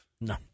No